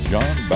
John